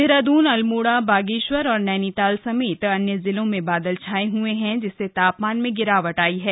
देहरादून अल्मोड़ा बागेश्वर और नैनीताल समेत अन्य जिलों में बादल छाये हए हैं जिससे तापमान में गिरावट आयी है